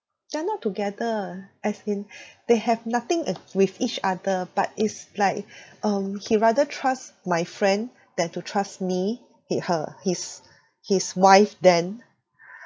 they're not together as in they have nothing ag~ with each other but it's like um he rather trust my friend than to trust me hi~ her his his wife then